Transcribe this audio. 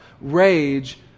rage